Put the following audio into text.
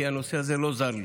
כי הנושא הזה לא זר לי.